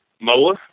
MOA